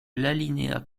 l’alinéa